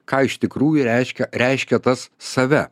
ką iš tikrųjų reiškia reiškia tas save